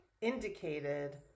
indicated